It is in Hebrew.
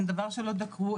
אין דבר שלא דקרו,